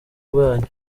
bwanyu